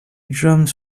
drums